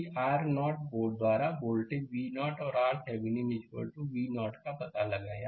फिर R0 द्वारा voltage V0 और RThevenin V0 का पता लगाएं